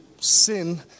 sin